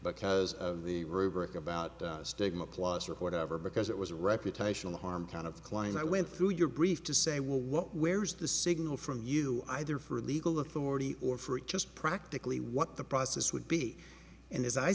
because of the rubric about stigma clause or whatever because it was a reputational harm kind of client i went through your brief to say well what where's the signal from you either for legal authority or for it just practically what the process would be and as i